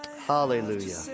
Hallelujah